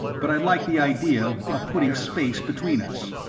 but i liked the idea of putting space between us.